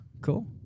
Cool